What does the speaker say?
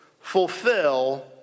fulfill